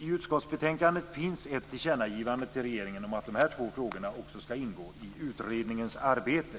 I utskottsbetänkandet finns ett tillkännagivande till regeringen om att de här två frågorna också ska ingå i utredningens arbete.